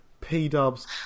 P-Dubs